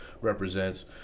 represents